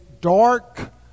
dark